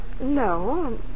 No